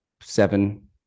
seven